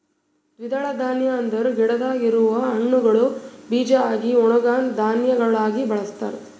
ದ್ವಿದಳ ಧಾನ್ಯ ಅಂದುರ್ ಗಿಡದಾಗ್ ಇರವು ಹಣ್ಣುಗೊಳ್ ಬೀಜ ಆಗಿ ಒಣುಗನಾ ಧಾನ್ಯಗೊಳಾಗಿ ಬಳಸ್ತಾರ್